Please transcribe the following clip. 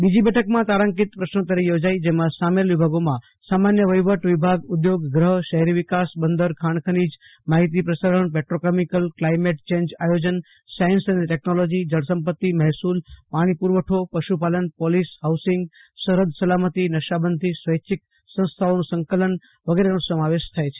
બીજી બેઠકમાં તારાંકિત પ્રશ્નોતરી યોજાઈ જેમાં સામેલ વિભાગોમાં સામાન્ય વહીવટ વિભાગ ઉઘોગ ગ્રહ શહેરી વિકાસ બંદર ખાણ ખનીજ માહિતી પ્રસારણ પેટ્રોકેમિકલ ક્લાઈમેટ ચેન્જ આયોજન સાયન્સ અને ટેકનોલોજી જળસંપતિ મહેસુલ પાણી પુરવઠો પશુપાલન પોલીસ હાઉસીંગ સરહદ સલામતી નશાબંધી સ્વેચ્છીક સંસ્થાઓનું સકલન વગેરેનો સમાવેશ થાય છે